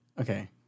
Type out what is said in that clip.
Okay